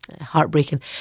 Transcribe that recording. Heartbreaking